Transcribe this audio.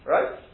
Right